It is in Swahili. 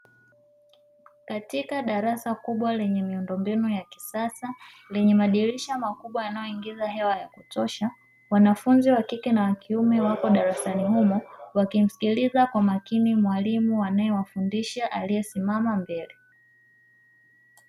Katika darasa kubwa lenye miundombinu ya kisasa lenye madirisha makubwa yanayoingiza hewa ya kutosha, wanafunzi wa kike na wa kiume wako darasani humo, wakimsikiliza kwa makini mwalimu anayewafundisha aliyesimama mbele.